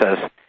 says